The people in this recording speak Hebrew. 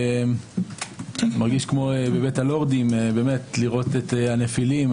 אני מרגיש כמו בבית הלורדים לראות את הנפילים.